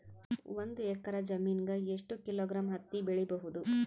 ಒಂದ್ ಎಕ್ಕರ ಜಮೀನಗ ಎಷ್ಟು ಕಿಲೋಗ್ರಾಂ ಹತ್ತಿ ಬೆಳಿ ಬಹುದು?